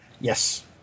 Yes